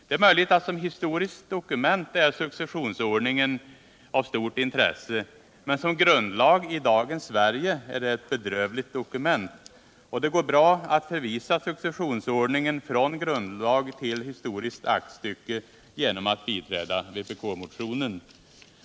Det är möjligt att successionsordningen är av stort intresse som historiskt dokument, men som grundlag i dagens Sverige är det ett bedrövligt dokument, och det går bra att förvisa successionsordningen från grundlag till historiskt aktstycke genom att biträda vpk-motionen.